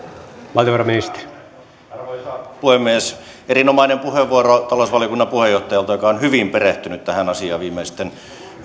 arvoisa puhemies erinomainen puheenvuoro talousvaliokunnan puheenjohtajalta joka on hyvin perehtynyt tähän asiaan viimeisten